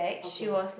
okay